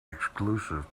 exclusive